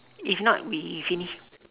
if not we finish